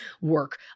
work